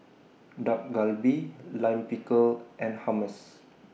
Dak Galbi Lime Pickle and Hummus